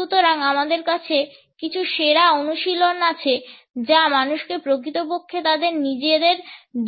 সুতরাং আমার কাছে কিছু সেরা অনুশীলন আছে যা মানুষকে প্রকৃতপক্ষে তাদের নিজেদের